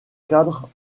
cadre